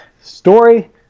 Story